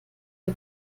der